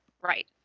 right